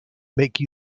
make